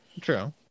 True